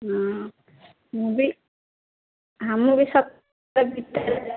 ହଁ ମୁଁ ବି ଆମ